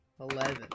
Eleven